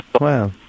Wow